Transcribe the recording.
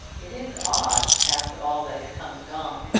it is odd after all that has come and gone.